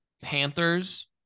Panthers